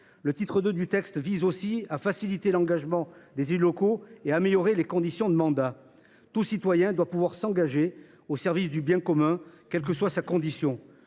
Le titre II facilite l’engagement des élus locaux et améliore les conditions du mandat. Tout citoyen doit pouvoir s’engager au service du bien commun, quelle que soit sa condition.